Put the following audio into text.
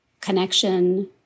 connection